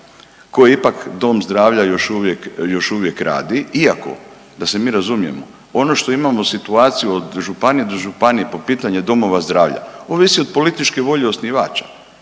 koje ipak dom zdravlja još uvijek radi iako da se mi razumijemo, ono što imamo situaciju od županije do županije po pitanju domova zdravlja, ovisi od političke volje osnivača